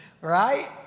right